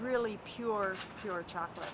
really pure pure chocolate